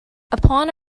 upon